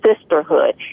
sisterhood